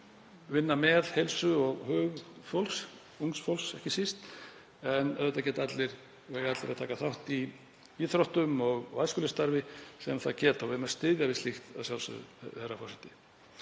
vinna með heilsu og hug fólks, ungs fólks ekki síst, en auðvitað eiga allir að taka þátt í íþróttum og æskulýðsstarfi sem það geta og við eigum að styðja við slíkt að sjálfsögðu, herra forseti.